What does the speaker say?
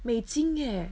美金 eh